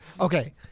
okay